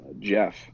Jeff